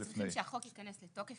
אנחנו צריכים שהחוק ייכנס לתוקף,